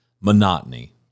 monotony